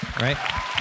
right